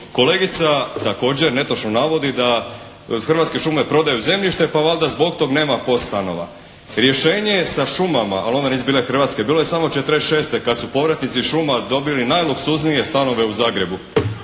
kolegica također netočno navodi da Hrvatske šume prodaju zemljište pa valjda zbog toga nema POS stanova. Rješenje je sa šumama ali onda nisu bile hrvatske, bilo je samo '46. kad su povratnici šuma dobili najluksuznije stanove u Zagrebu